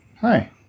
hi